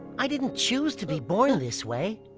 i didn't choose to be born this way.